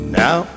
now